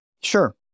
Sure